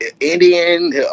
Indian